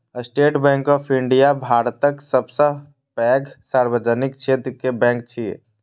state bank of India भारतक सबसं पैघ सार्वजनिक क्षेत्र के बैंक छियै